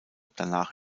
danach